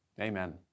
Amen